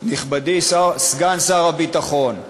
נכבדי סגן שר הביטחון,